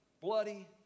bloody